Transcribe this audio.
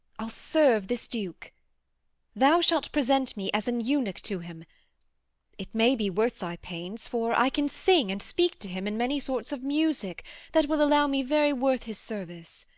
i'll serve this duke thou shalt present me as an eunuch to him it may be worth thy pains, for i can sing and speak to him in many sorts of music that will allow me very worth his service.